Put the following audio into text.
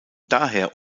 daher